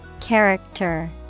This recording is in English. Character